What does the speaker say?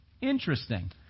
interesting